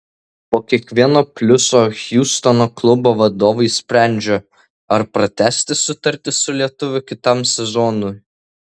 po kiekvieno pliuso hjustono klubo vadovai sprendžią ar pratęsti sutartį su lietuviu kitam sezonui